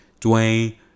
Dwayne